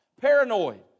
paranoid